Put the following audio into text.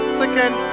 second